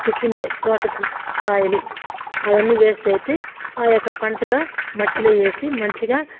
కిచెన్లో తోటకు కాయలు అవన్నీ వేస్ట్ అయితే ఆ యొక్క పంటలో మట్టిలో వేసి మంచిగా